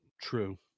True